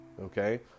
okay